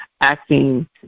acting